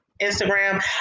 Instagram